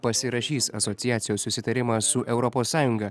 pasirašys asociacijos susitarimą su europos sąjunga